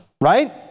Right